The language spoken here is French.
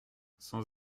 sans